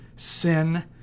sin